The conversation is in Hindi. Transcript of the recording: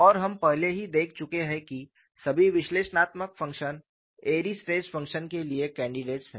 और हम पहले ही देख चुके हैं कि सभी विश्लेषणात्मक फंक्शन एयरी स्ट्रेस फंक्शन के लिए कैंडिडेट्स हैं